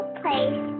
place